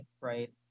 Right